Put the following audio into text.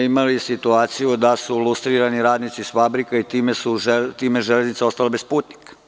Imali smo situaciju da su lustrirani radnici iz fabrika i time je železnica ostala bez putnika.